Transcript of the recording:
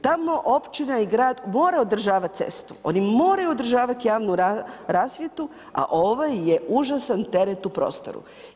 Tamo općina i grad mora održavati cestu, oni moraju održavati javnu rasvjetu a ovaj je užasan teret u prostoru.